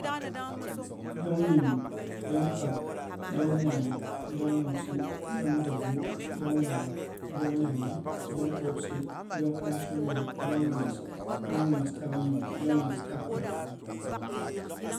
Lyong nyim, iyong kpab, iyon mwoi, iyong dauni, iyong maak, iyong nyangi, iyong bwopsi, iyong amsonyim, iyong nyimas, iyon nyimas taak nyim, iyong nyimas taak kpap